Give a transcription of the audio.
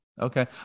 okay